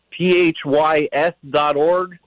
phys.org